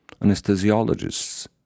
Anesthesiologists